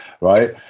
right